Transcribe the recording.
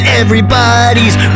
everybody's